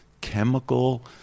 chemical